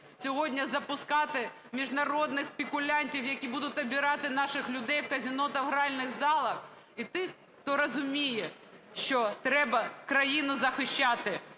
сьогодні запускати міжнародних спекулянтів, які будуть оббирати наших людей в казино та гральних залах. І тих, хто розуміє, що треба країну захищати